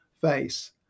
face